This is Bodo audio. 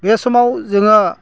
बे समाव जोङो